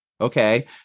okay